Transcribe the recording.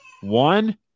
one